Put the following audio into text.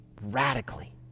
radically